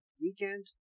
weekend